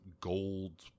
gold